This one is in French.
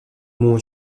mont